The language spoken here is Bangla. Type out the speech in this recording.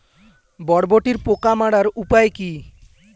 বরবটির পোকা মারার উপায় কি?